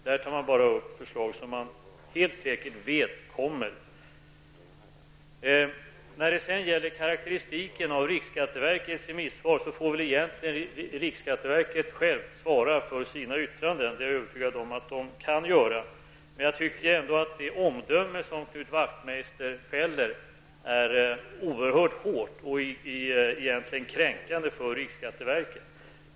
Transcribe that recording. Där tas bara upp sådana förslag som helt säkert kommer att läggas fram. När det gäller karakteristiken av riksskatteverkets remissvar, får riksskatteverket självt svara för sina yttranden. Det är jag övertygad om att man är kapabel till. Det omdöme som Knut Wacthmeister fällde är oerhört hårt och egentligen kränkande för riksskatteverket.